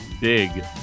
big